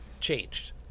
changed